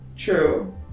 True